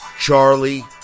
Charlie